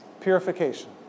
Purification